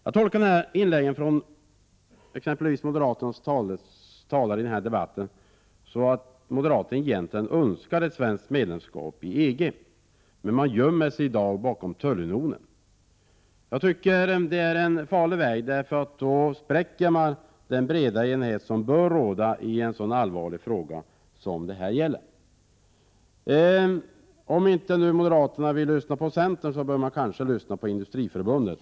Jag tolkar inläggen från exempelvis moderaternas talare i denna debatt som att moderaterna egentligen önskar svenskt medlemskap i EG, men man gömmer sig i dag bakom tullunionen. Jag tycker att det är en farlig väg eftersom man spräcker den breda enighet som bör råda i en så allvarlig fråga. Om inte moderaterna vill lyssna på centern, bör de kanske lyssna på Industriförbundet.